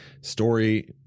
story